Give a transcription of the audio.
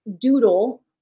doodle